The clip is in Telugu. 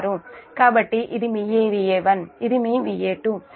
కాబట్టి ఇది మీ Va1 ఇది మీ Va2